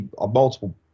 multiple –